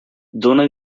dóna